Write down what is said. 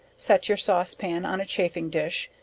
set your sauce pan on a chaffing dish,